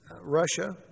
Russia